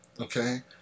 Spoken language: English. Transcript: Okay